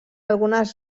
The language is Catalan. algunes